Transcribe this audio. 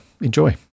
enjoy